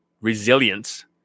resilience